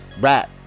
rap